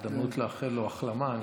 הזדמנות לאחל לו החלמה,